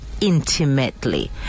intimately